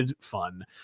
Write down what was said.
fun